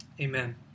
Amen